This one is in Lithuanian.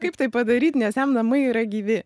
kaip tai padaryt nes jam namai yra gyvi